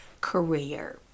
career